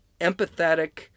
empathetic